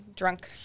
Drunk